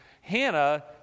Hannah